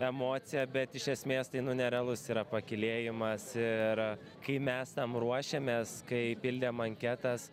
emociją bet iš esmės tai nerealus yra pakylėjimas ir kai mes tam ruošėmės kai pildėm anketas